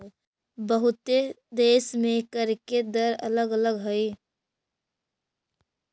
बहुते देश में कर के दर अलग अलग हई